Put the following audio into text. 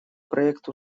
проект